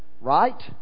right